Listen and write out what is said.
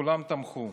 כולם תמכו.